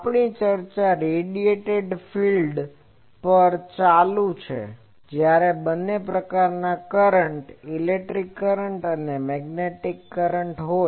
આપણી ચર્ચા radiated field પર ચાલુ છે જ્યારે બંને પ્રકારના કરન્ટ ઇલેક્ટ્રિક કરન્ટ અને મેગ્નેટિક કરન્ટ હોય